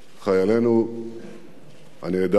חיילינו הנעדרים,